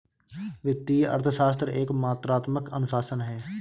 वित्तीय अर्थशास्त्र एक मात्रात्मक अनुशासन है